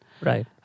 Right